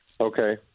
Okay